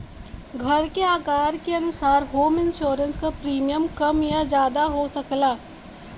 घर के आकार के अनुसार होम इंश्योरेंस क प्रीमियम कम या जादा हो सकला